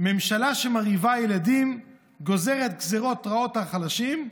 ממשלה שמרעיבה ילדים, גוזרת גזרות רעות על חלשים.